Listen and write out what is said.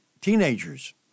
teenagers